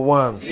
one